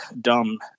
dumb